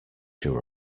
year